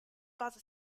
buzzer